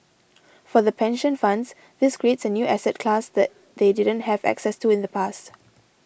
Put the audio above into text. for the pension funds this creates a new asset class that they didn't have access to in the past